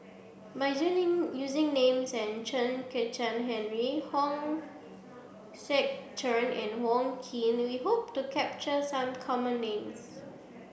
by using names as Chen Kezhan Henri Hong Sek Chern and Wong Keen we hope to capture some common names